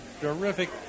terrific